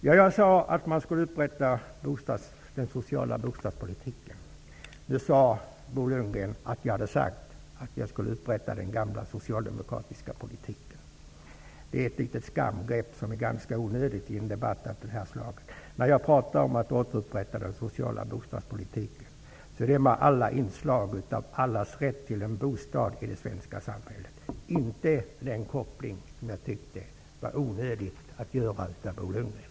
Jag sade att man skulle återupprätta den sociala bostadspolitiken. Bo Lundgren sade att jag hade sagt att jag skulle återupprätta den gamla socialdemokratiska politiken. Det är ett litet skamgrepp som är ganska onödigt i en debatt av det här slaget. När jag pratar om att återupprätta den sociala bostadspolitiken menar jag att den skall återupprättas med inslagen av allas rätt till bostad i det svenska samhället, och inte den koppling som Bo Lundgren gjorde, som jag tyckte var onödig.